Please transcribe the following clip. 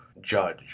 judge